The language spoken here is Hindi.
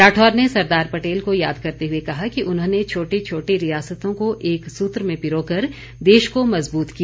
राठौर ने सरदार पटेल को याद करते हुए कहा कि उन्होंने छोटी छोटी रियासतों को एक सूत्र में पिरोकर देश को मजबूत किया